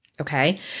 okay